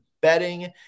betting